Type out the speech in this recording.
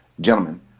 gentlemen